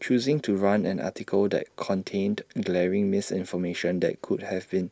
choosing to run an article that contained glaring misinformation that could have been